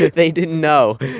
they didn't know.